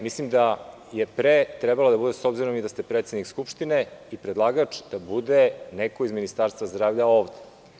Mislim da je pre trebalo da bude, s obzirom i da ste predsednik Skupštine i predlagač, neko iz Ministarstva zdravlja ovde.